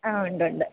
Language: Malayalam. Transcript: ആ ഉണ്ട് ഉണ്ട്